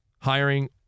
Hiring